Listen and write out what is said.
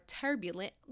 turbulent